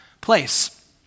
place